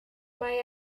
mae